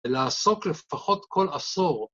‫ולעסוק לפחות כל עשור.